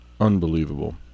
unbelievable